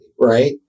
right